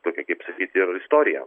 tokia kaip sakyt ir istorija